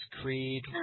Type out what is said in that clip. Creed